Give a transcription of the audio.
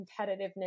competitiveness